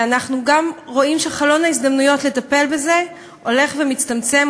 ואנחנו גם רואים שחלון ההזדמנויות לטפל בזה הולך ומצטמצם,